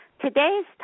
Today's